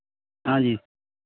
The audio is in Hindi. हाँ जी